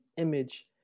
image